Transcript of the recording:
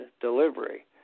delivery